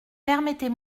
permettez